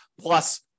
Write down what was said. plus